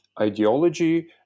ideology